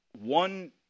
one